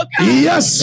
Yes